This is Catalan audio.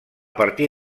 partir